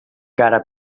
cara